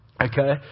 okay